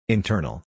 Internal